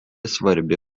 svarbi